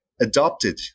adopted